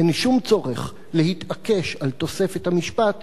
אין שום צורך להתעקש על תוספת המשפט